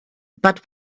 but